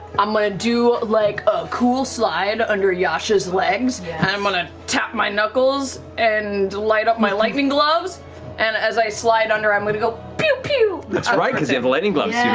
i'm going to do like a cool slide under yasha's legs and i'm going to tap my knuckles and light up my lightning gloves and as i slide under, i'm going to go pew pew! matt that's right, because you have the lightning gloves,